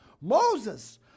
Moses